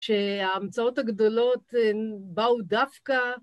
‫שההמצאות הגדולות באו דווקא...